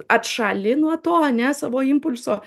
atšali nuo to ane savo impulso